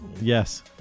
Yes